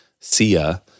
Sia